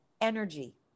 energy